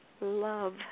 love